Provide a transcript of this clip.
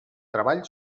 treball